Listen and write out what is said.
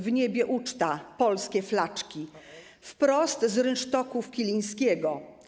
W niebie uczta: polskie flaczki,/ Wprost z rynsztoków Kilińskiego!